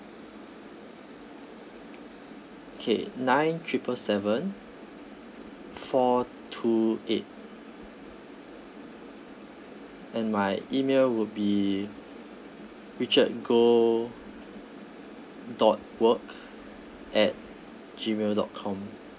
K nine triple seven four two eight and my email would be richard goh dot work at gmail dot com